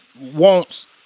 wants